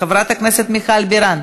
חברת הכנסת מיכל בירן,